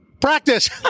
Practice